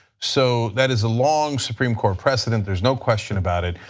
so that is a long supreme court precedent, there's no question about it,